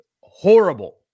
horrible